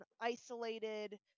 isolated